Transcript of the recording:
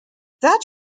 that